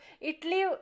Italy